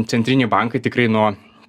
centriniai bankai tikrai nuo